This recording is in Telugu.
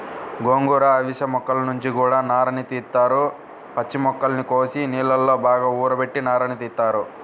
గోంగూర, అవిశ మొక్కల నుంచి గూడా నారని తీత్తారు, పచ్చి మొక్కల్ని కోసి నీళ్ళలో బాగా ఊరబెట్టి నారని తీత్తారు